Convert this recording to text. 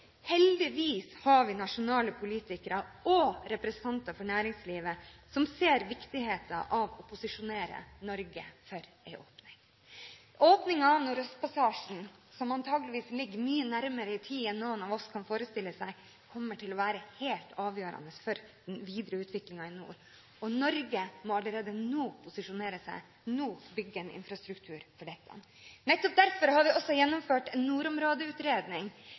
Heldigvis har vi nasjonale politikere og representanter for næringslivet som ser viktigheten av å posisjonere Norge for en åpning. Åpningen av Nordøstpassasjen, som antakeligvis ligger mye nærmere i tid enn noen av oss kan forestille oss, kommer til å være helt avgjørende for den videre utviklingen i nord, og Norge må allerede nå posisjonere seg og nå bygge en infrastruktur for dette. Nettopp derfor har vi også gjennomført en nordområdeutredning